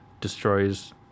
destroys